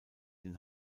den